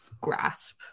grasp